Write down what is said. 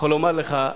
אני יכול לומר לך,